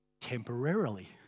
temporarily